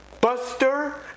Buster